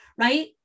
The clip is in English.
right